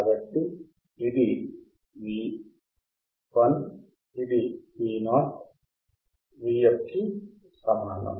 కాబట్టి ఇది VI ఇది Vo Vf కి సమానం